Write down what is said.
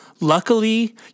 luckily